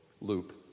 loop